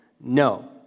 No